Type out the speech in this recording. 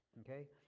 okay